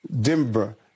Denver